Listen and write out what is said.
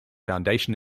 foundation